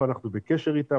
ואנחנו בקשר איתן,